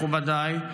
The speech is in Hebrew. מכובדיי,